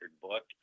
book